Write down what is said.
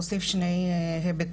אוסיף שני היבטים,